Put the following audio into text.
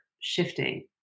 shifting